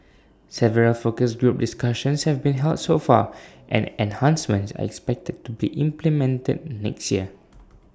several focus group discussions have been held so far and enhancements are expected to be implemented next year